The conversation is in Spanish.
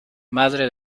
madre